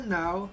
now